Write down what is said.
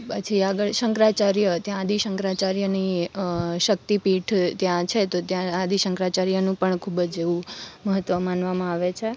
પછી આગળ શંકરાચાર્ય ત્યાં આદિ શંકરાચાર્યની શક્તિ પીઠ ત્યાં છે તો ત્યાં આદિ શંકરાચાર્યનું પણ ખૂબ જ એવું મહત્વ માનવામાં આવે છે